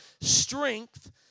strength